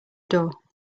door